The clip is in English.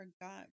forgot